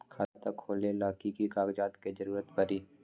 खाता खोले ला कि कि कागजात के जरूरत परी?